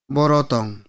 Borotong